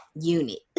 unit